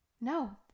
No